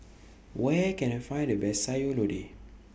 Where Can I Find The Best Sayur Lodeh